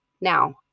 Now